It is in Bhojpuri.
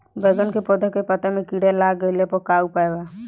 बैगन के पौधा के पत्ता मे कीड़ा लाग गैला पर का उपाय बा?